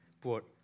brought